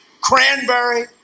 cranberry